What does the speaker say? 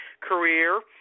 career